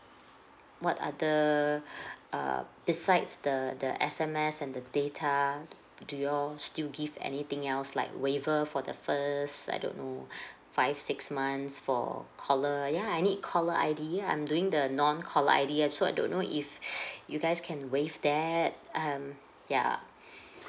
what other uh besides the the S_M_S and the data do you all still give anything else like waiver for the first I don't know five six months for caller yeah I need caller I_D I'm doing the non caller I_D ya so I don't know if you guys can waive that um yeah